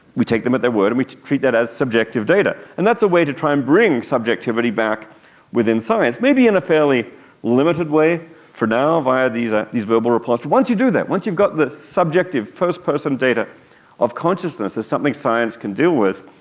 we take them at their word and we treat that as subjective data, and that's a way to try and bring subjectivity back within science, maybe in a fairly limited way for now via these ah these verbal reports. but once you do that, once you've got the subjective first-person data of consciousness, as something science can deal with,